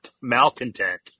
malcontent